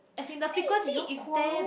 the thing is you'll quarrel